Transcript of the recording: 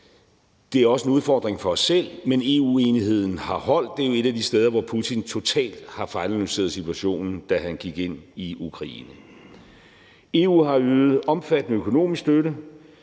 Det er også en udfordring for os selv, men EU-enigheden har holdt. Det er jo et af de steder, hvor Putin totalt har fejlanalyseret situationen, da han gik ind i Ukraine. EU har ydet omfattende økonomisk støtte